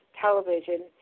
television